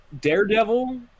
Daredevil